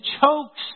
chokes